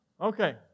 Okay